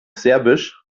serbisch